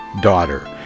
daughter